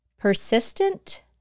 Persistent